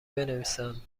بنویسند